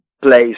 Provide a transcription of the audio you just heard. place